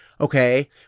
Okay